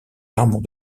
arbre